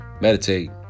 meditate